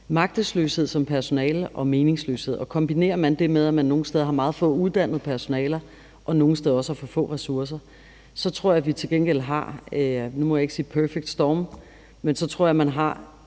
magtesløshed og meningsløshed. Kombinerer man det med, at man nogle steder har meget få uddannede personaler og nogle steder også har for få ressourcer, så tror jeg til gengæld, der er – nu må jeg ikke sige the perfect storm – en risiko for, at der